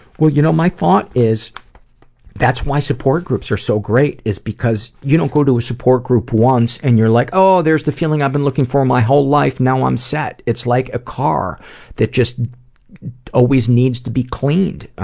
well, you know, my thought is that's why support groups are so great, is because you don't go to a support group once and you're like, oh, there's the feeling i've been looking for my whole life, now i'm set. it's like a car that just always needs to be cleaned.